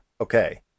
Okay